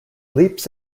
leaps